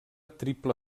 triple